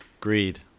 Greed